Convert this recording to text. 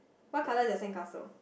what colour is your sandcastle